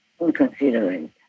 inconsiderate